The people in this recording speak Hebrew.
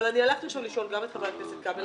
אבל אני הלכתי עכשיו לשאול גם את חבר הכנסת כבל,